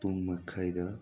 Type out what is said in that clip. ꯄꯨꯡ ꯃꯈꯥꯏꯗ